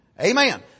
Amen